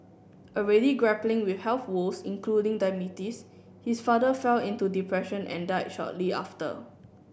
already grappling with health woes including diabetes his father fell into depression and died shortly after